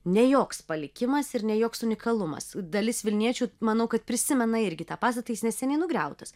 ne joks palikimas ir ne joks unikalumas dalis vilniečių manau kad prisimena irgi tą pastatą jis neseniai nugriautas